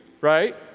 right